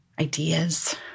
ideas